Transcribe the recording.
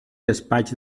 despatx